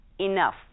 enough